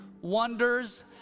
wonders